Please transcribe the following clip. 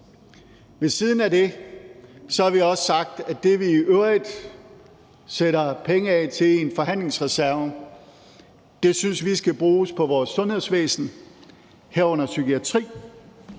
Ved siden af det har vi også sagt, at det, vi i øvrigt sætter penge af til i forhandlingsreserven, synes vi skal bruges på vores sundhedsvæsen, herunder psykiatrien,